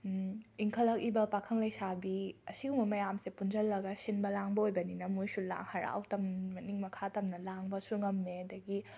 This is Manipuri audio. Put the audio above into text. ꯏꯪꯈꯠꯂꯛꯂꯤꯕ ꯄꯥꯈꯪ ꯂꯩꯁꯥꯕꯤ ꯑꯁꯤꯒꯨꯝꯕ ꯃꯌꯥꯝꯁꯤ ꯄꯨꯟꯖꯜꯂꯒ ꯁꯤꯟꯕ ꯂꯥꯡꯕ ꯑꯣꯏꯕꯅꯤꯅ ꯃꯣꯏꯁꯨ ꯂꯥꯛꯑ ꯍꯔꯥꯎ ꯇꯝ ꯃꯅꯤꯡ ꯃꯈꯥ ꯇꯝꯅ ꯂꯥꯡꯕꯁꯨ ꯉꯝꯃꯦ ꯑꯗꯒꯤ